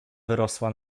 wyrosła